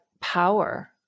power